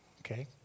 Okay